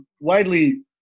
Widely